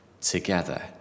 together